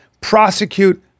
prosecute